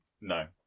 No